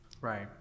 Right